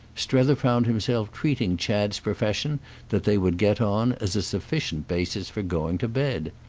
strether found himself treating chad's profession that they would get on as a sufficient basis for going to bed.